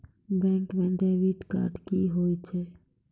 Bank म debit card की होय छै?